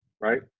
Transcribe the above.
right